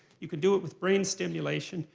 you can do it with brain stimulation.